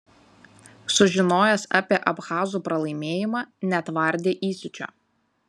sužinojęs apie abchazų pralaimėjimą netvardė įsiūčio